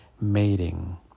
mating